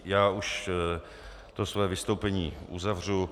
Já už své vystoupení uzavřu.